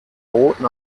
roten